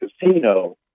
casino